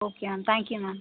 okay ma'am thank you ma'am